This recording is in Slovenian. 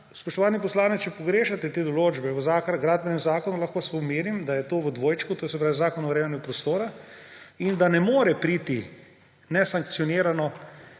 Spoštovani poslanec, če pogrešate te določbe v Gradbenem zakonu, vas lahko pomirim, da je to v dvojčku, to se pravi v Zakonu o urejanju prostora, in da ne more priti nesankcionirano